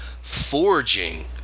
forging